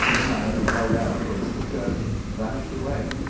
the man who held out against the church vanished away,